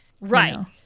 Right